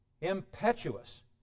impetuous